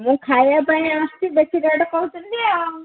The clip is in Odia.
ମୁଁ ଖାଇବା ପାଇଁ ଆସିଛି ବେଶୀ ରେଟ୍ କହୁଛନ୍ତି ଆଉ